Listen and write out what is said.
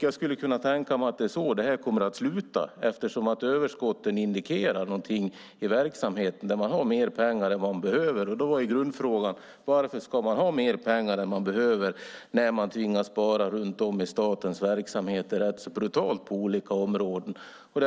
Jag skulle kunna tänka mig att det är så det kommer att sluta eftersom överskotten indikerar att man har mer pengar i verksamheten än man behöver. Då är grundfrågan varför man ska ha mer pengar än man behöver när man samtidigt tvingas spara rätt så brutalt på olika områden i statens verksamheter.